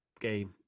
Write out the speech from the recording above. game